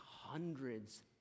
hundreds